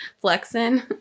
flexing